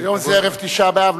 היום זה ערב תשעה באב,